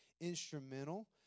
instrumental